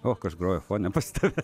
o kas groja fone pas tave